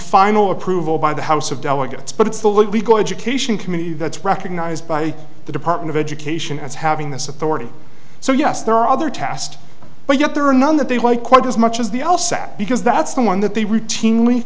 final approval by the house of delegates but it's the legal education committee that's recognized by the department of education as having this authority so yes there are other tasks but yet there are none that they like quite as much as the all set because that's the one that they routinely